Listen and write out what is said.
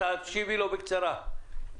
תשיבי לו בקצרה.